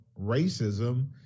racism